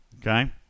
Okay